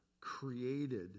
created